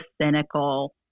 cynical